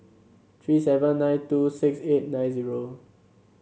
three seven nine two six eight nine zero